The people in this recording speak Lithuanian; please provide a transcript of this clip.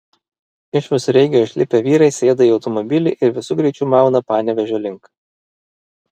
iš visureigio išlipę vyrai sėda į automobilį ir visu greičiu mauna panevėžio link